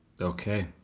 Okay